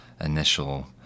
initial